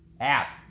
app